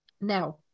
Now